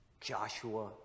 Joshua